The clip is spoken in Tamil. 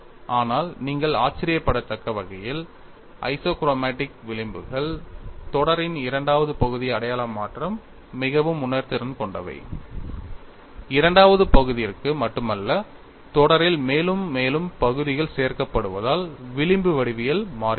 ஆனால் நீங்கள் ஆச்சரியப்படத்தக்க வகையில் ஐசோக்ரோமடிக் விளிம்புகள் தொடரின் இரண்டாவது பகுதி அடையாள மாற்றம் மிகவும் உணர்திறன் கொண்டவை இரண்டாவது பகுதிற்கு மட்டுமல்ல தொடரில் மேலும் மேலும் பகுதிகள் சேர்க்கப்படுவதால் விளிம்பு வடிவியல் மாறுகிறது